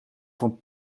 van